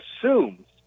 assumes